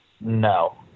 No